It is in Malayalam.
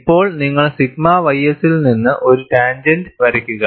ഇപ്പോൾ നിങ്ങൾ സിഗ്മ ys ൽ നിന്ന് ഒരു ടാൻജെന്റ് വരയ്ക്കുക